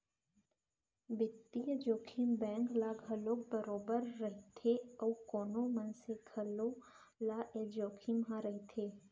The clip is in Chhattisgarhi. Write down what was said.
बित्तीय जोखिम बेंक ल घलौ बरोबर रइथे अउ कोनो मनसे घलौ ल ए जोखिम ह रइथे